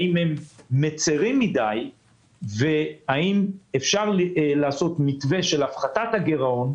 האם הם מצרים מדי והאם אפשר לעשות מתווה של הפחתת הגירעון,